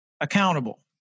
accountable